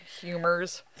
humors